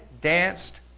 danced